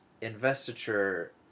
investiture